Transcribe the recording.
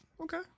okay